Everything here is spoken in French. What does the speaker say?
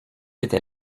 était